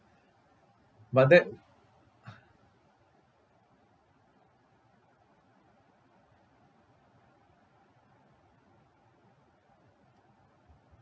but that